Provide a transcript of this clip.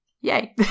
yay